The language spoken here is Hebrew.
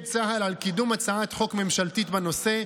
צה"ל על קידום הצעת חוק ממשלתית בנושא.